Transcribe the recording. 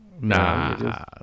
Nah